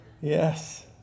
Yes